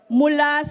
mula